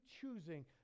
choosing